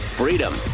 freedom